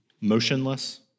motionless